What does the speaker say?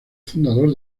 fundador